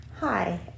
Hi